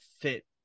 fit